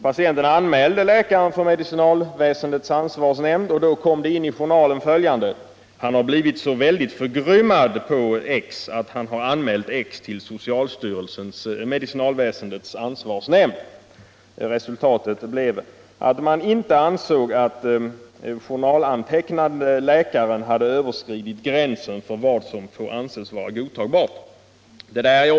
Patienten anmälde läkaren för medicinalväsendets ansvarsnämnd, och då antecknades följande i journalen: ”Han har blivit så väldigt förgrymmad på x att han har anmält x till medicinalväsendets ansvarsnämnd.” Resultatet blev att man inte ansåg att den journalantecknande läkaren hade överskridit gränsen för vad ”som får anses godtagbart”. Det är, tycker jag.